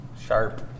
sharp